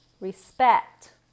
respect